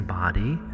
body